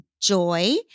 joy